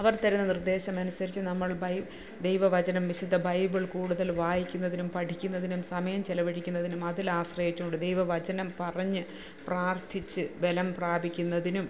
അവർ തരുന്ന നിർദ്ദേശംഅനുസ്സരിച്ച് നമ്മൾ ബൈ ദൈവ വചനം വിശുദ്ധ ബൈബിൾ കൂട്തൽ വായിക്കുന്നതിനും പഠിക്കുന്നതിനും സമയം ചെലവഴിക്കുന്നതിനും അതിൽ ആശ്രയിച്ച്കൊണ്ട് ദൈവ വചനം പറഞ്ഞ് പ്രാർത്ഥിച്ച് ബലം പ്രാപിക്കുന്നതിനും